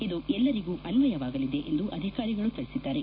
ಇದು ಎಲ್ಲರಿಗೂ ಅನ್ನಯವಾಗಲಿದೆ ಎಂದು ಅಧಿಕಾರಿಗಳು ತಿಳಿಸಿದ್ದಾರೆ